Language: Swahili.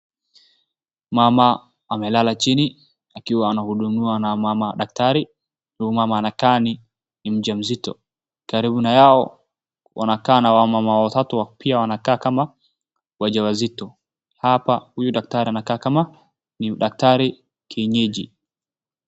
Mama amelala chini, akiwa anahudumiwa na mama daktari, huyu mama anakaa ni mjamzito. Karibu nao kuna wamama watatu pia wanakaa kama wajawazito. HApa huyu daktari anakaa kama.